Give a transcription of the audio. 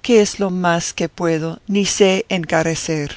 que es lo más que puedo ni sé encarecer